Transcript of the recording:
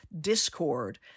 discord